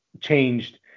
changed